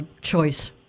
choice